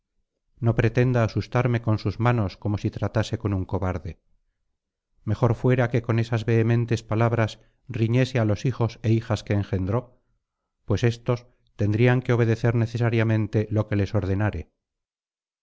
no pretenda asustarme con sus manos como si tratase con un cobarde mejor fuera que con esas vehementes palabras riñese á los hijos é hijas que engendró pues estos tendrían que obedecer necesariamente lo que les ordenare